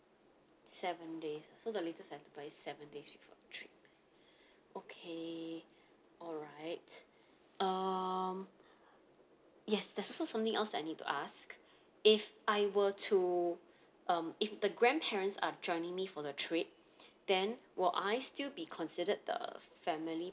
seven days so the latest I have to buy is seven days before the trip okay alright um yes there's also something else that I need to ask if I were to um if the grandparents are joining me for the trip then will I still be considered the family